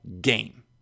game